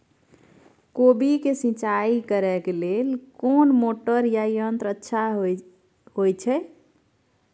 कोबी के सिंचाई करे के लेल कोन मोटर या यंत्र अच्छा होय है?